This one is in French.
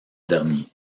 dernier